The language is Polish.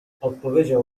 odpowiedział